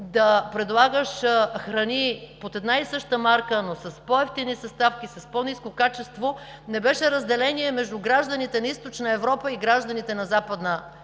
да предлагаш храни под една и съща марка, но с по-евтини съставки, с по-ниско качество, не беше разделение между гражданите на Източна Европа и гражданите на Западна Европа.